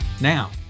Now